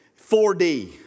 4D